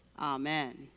Amen